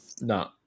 No